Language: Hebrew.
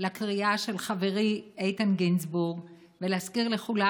לקריאה של חברי איתן גינזבורג ולהזכיר לכולם